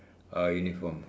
uh uniform